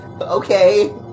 okay